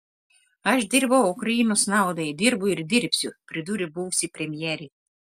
aš dirbau ukrainos naudai dirbu ir dirbsiu pridūrė buvusi premjerė